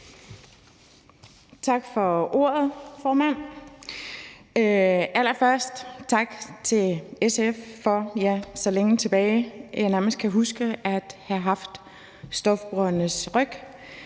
Tak for ordet, formand. Allerførst tak til SF for, ja, så længe tilbage jeg nærmest kan huske, at have haft stofbrugernes ryg.